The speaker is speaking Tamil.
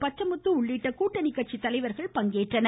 பச்சமுத்து உள்ளிட்ட கூட்டணி கட்சித்தலைவர்கள் பங்கேற்றனர்